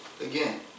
again